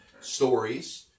stories